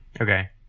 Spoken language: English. Okay